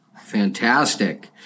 Fantastic